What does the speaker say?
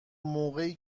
موقعی